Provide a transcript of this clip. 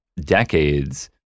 decades